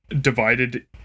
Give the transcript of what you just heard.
divided